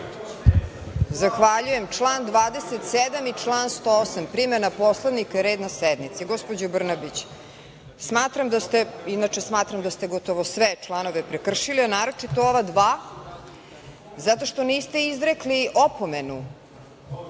Zahvaljujem. Član 27. i član 108. Primena Poslovnika i red na sednici. Gospođo Brnabić, smatram da ste, inače, gotovo sve članove prekršili, a naročito ova dva zato što niste izrekli opomenu